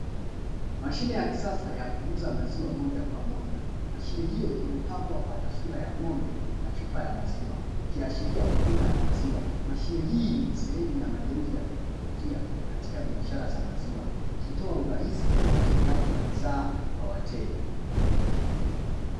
Mashine ya kisasa ya kuuza maziwa moja kwa moja. Mashine hiyo imepambwa kwa taswira ya ng'ombe na chupa ya maziwa, ikiashiria huduma ya maziwa. Mashine hii ni sehemu ya mageuzi ya teknolojia katika biashara za maziwa, ikitoa urahisi na upatikanaji wa bidhaa kwa wateja.